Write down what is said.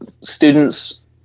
students